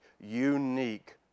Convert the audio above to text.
unique